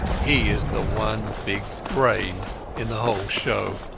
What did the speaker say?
he is the one big brain in the whole show,